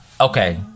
Okay